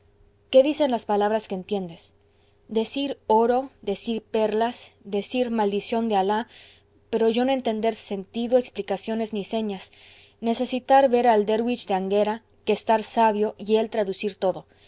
qué dicen las palabras que entiendes decir oro decir perlas decir maldición de alah pero yo no entender sentido explicaciones ni señas necesitar ver al derwich de anghera que estar sabio y él traducir todo